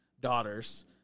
daughters